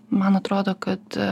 man atrodo kad